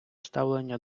ставлення